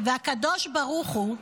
והקדוש ברוך הוא"